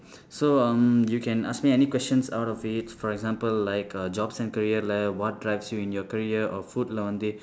so um you can ask me any questions out of it for example like uh jobs and career what drives you in your career or foodla வந்து:vandthu